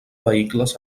vehicles